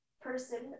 person